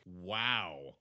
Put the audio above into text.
Wow